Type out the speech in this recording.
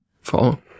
follow